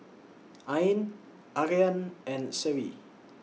Ain Aryan and Seri